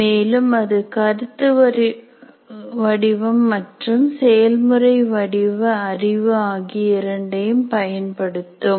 மேலும் அது கருத்து வடிவம் மற்றும் செயல்முறை வடிவ அறிவு ஆகிய இரண்டையும் பயன்படுத்தும்